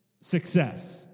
Success